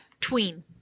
tween